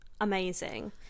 amazing